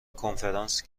کنفرانس